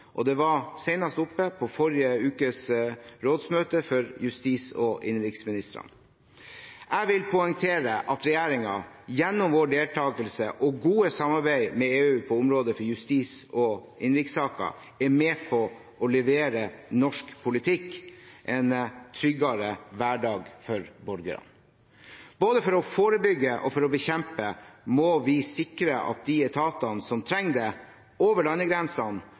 og det var senest oppe på forrige ukes rådsmøte for justis- og innenriksministrene. Jeg vil poengtere at regjeringen gjennom vår deltakelse og vårt gode samarbeid med EU på området for justis- og innenrikssaker er med på å levere norsk politikk en tryggere hverdag for borgerne. Både for å forebygge og for å bekjempe må vi sikre at de etatene som trenger det, over landegrensene